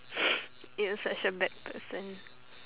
you are such a bad person